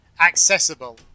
accessible